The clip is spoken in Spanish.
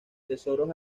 tesoros